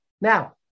Now